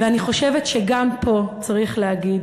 ואני חושבת שגם פה צריך להגיד